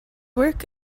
work